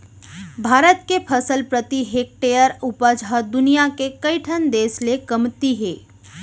भारत के फसल प्रति हेक्टेयर उपज ह दुनियां के कइ ठन देस ले कमती हे